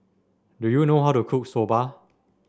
do you know how to cook Soba